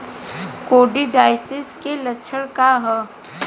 Coccidiosis के लक्षण का ह?